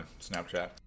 Snapchat